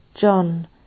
John